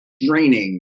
draining